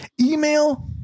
email